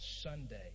Sunday